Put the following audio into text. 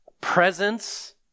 presence